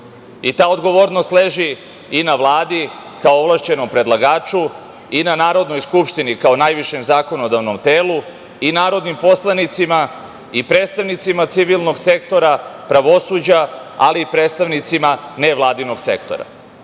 I ta odgovornost leži i na Vladi, kao ovlašćenom predlagaču i na Narodnoj skupštini, kao najvišem zakonodavnom telu i narodnim poslanicima i predstavnicima, civilnog sektora pravosuđa, ali i predstavnicima nevladinog sektora.I